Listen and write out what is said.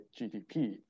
GDP